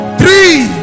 three